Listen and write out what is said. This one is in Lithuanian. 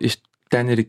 iš ten ir